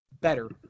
better